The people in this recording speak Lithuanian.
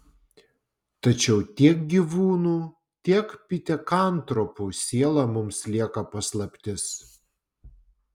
tačiau tiek gyvūnų tiek pitekantropų siela mums lieka paslaptis